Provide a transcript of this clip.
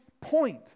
point